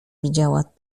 widziała